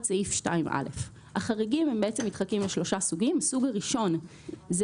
סעיף 2א. החריגים מתחלקים לשלושה סוגים: הסוג הראשון הוא